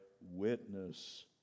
witness